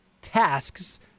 tasks